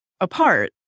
apart